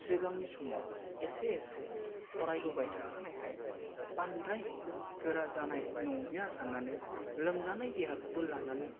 सिगांनि समाव एसे एसे फरायबोबाय थाखानायखाय बांद्राय गोरा जानाय नंलिया साननानै लोमजानाय देहाखौबो लानानै